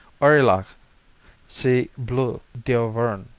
aurillac see bleu d'auvergne.